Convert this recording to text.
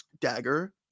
Dagger